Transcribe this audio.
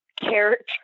character